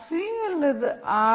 C அல்லது R